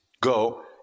go